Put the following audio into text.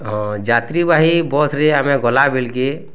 ଯାତ୍ରୀବାହି ବସ୍ରେ ଆମେ ଗଲାବେଲ୍କେ